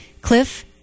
Cliff